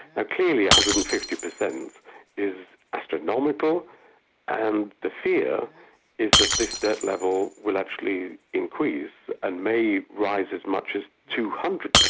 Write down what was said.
ah clearly one hundred and fifty per cent is astronomical and the fear is that this debt level will actually increase and may rise as much as two hundred per